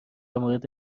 مورد